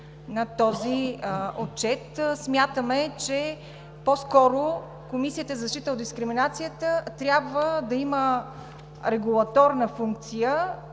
на този отчет. Смятаме, че по-скоро Комисията за защита от дискриминация трябва да има регулаторна функция,